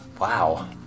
Wow